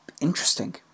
Interesting